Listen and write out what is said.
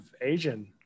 Asian